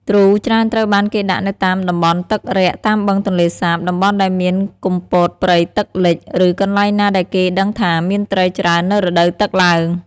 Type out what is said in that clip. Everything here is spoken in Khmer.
ទ្រូច្រើនត្រូវបានគេដាក់នៅតាមតំបន់ទឹករាក់តាមបឹងទន្លេសាប តំបន់ដែលមានគុម្ពោតព្រៃទឹកលិច ឬកន្លែងណាដែលគេដឹងថាមានត្រីច្រើននៅរដូវទឹកឡើង។